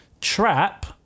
trap